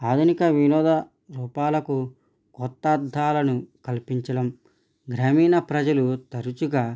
ఆధునిక వినోద రూపాలకు కొత్త అర్ధాలను కల్పించడం గ్రామీణ ప్రజలు తరచుగా